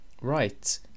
right